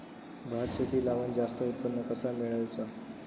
भात शेती लावण जास्त उत्पन्न कसा मेळवचा?